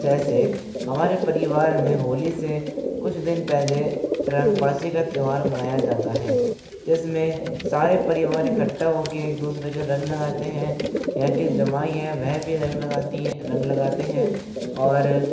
जैसे हमारे परिवार में होली से कुछ दिन पहले रंग पासी का त्यौहार मनाया जाता है जिसमें सारे परिवार इकट्ठा होके एक दूसरे के रंग लगाते हैं या के जमाई है वह भी रख लगती है रंग लगाते हैं और